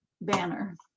banner